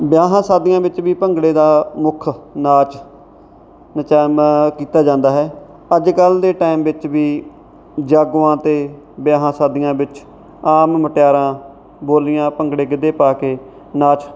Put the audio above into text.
ਵਿਆਹਾਂ ਸ਼ਾਦੀਆਂ ਵਿੱਚ ਵੀ ਭੰਗੜੇ ਦਾ ਮੁੱਖ ਨਾਚ ਨਚਾਮਾ ਕੀਤਾ ਜਾਂਦਾ ਹੈ ਅੱਜ ਕੱਲ੍ਹ ਦੇ ਟਾਈਮ ਵਿੱਚ ਵੀ ਜਾਗੋਆਂ 'ਤੇ ਵਿਆਹਾਂ ਸ਼ਾਦੀਆਂ ਵਿੱਚ ਆਮ ਮੁਟਿਆਰਾਂ ਬੋਲੀਆਂ ਭੰਗੜੇ ਗਿੱਧੇ ਪਾ ਕੇ ਨਾਚ